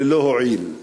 ללא הועיל.